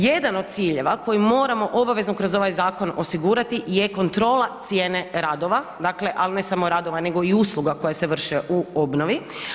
Jedan od ciljeva koji moramo obavezno kroz ovaj zakon osigurati je kontrola cijene radova, dakle, al ne samo radova, nego i usluga koje se vrše u obnovi.